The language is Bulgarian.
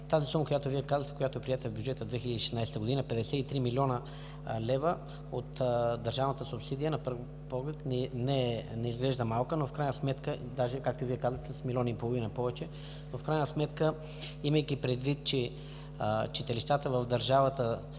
тази сума, която Вие казахте, която е приета в бюджета за 2016 г. – 53 млн. лв. от държавната субсидия, на пръв поглед не изглежда малка, но в крайна сметка, даже както и Вие казахте, с милион и половина повече. В крайна сметка, имайки предвид, че читалищата в държавата са